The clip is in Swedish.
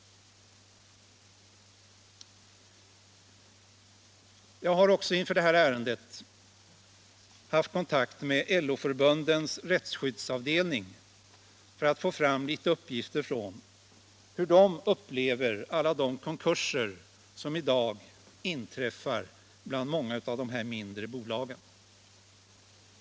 Jag har också inför detta ärende haft kontakt med LO-Förbundens Rättsskydd AB för att få fram uppgifter om hur de upplever alla de konkurser som i dag inträffar bland de mindre bolagen.